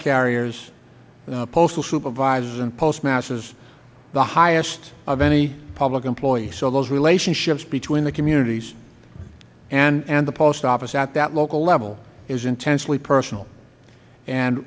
carriers postal supervisors and postmasters the highest of any public employee so those relationships between the communities and the post office at that local level is intensely personal and